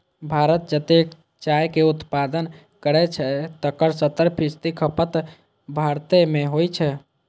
भारत जतेक चायक उत्पादन करै छै, तकर सत्तर फीसदी खपत भारते मे होइ छै